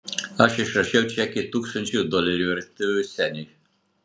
aš išrašiau čekį tūkstančiui dolerių ir atidaviau seniui